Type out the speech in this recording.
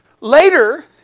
later